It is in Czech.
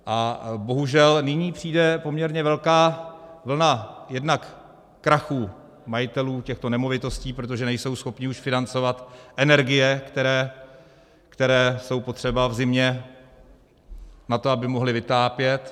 A bohužel, nyní přijde poměrně velká vlna jednak krachů majitelů těchto nemovitostí, protože nejsou schopni už financovat energie, které jsou potřeba v zimě na to, aby mohli vytápět.